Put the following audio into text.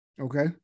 Okay